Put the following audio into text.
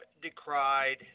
decried